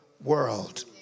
world